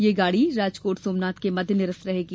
यह गाड़ी राजकोट सोमनाथ के मध्य निरस्त रहेगी